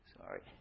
Sorry